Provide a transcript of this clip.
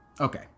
Okay